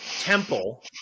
temple